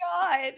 God